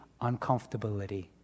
uncomfortability